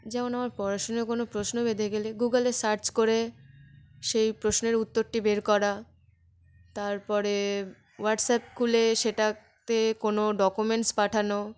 যেমন আমার পড়াশুনায় কোনো প্রশ্ন বেধে গেলে গুগলে সার্চ করে সেই প্রশ্নের উত্তরটি বের করা তার পরে হোয়াটসঅ্যাপ খুলে সেটাতে কোনো ডকুমেন্টস পাঠানো